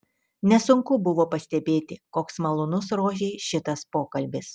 nesunku buvo pastebėti koks malonus rožei šitas pokalbis